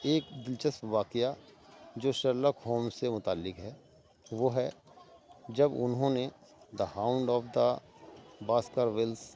ایک دلچسپ واقعہ جو شرلاک ہومز سے متعلق ہے وہ ہے جب انہوں نے the hound of the باسکر whales